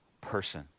person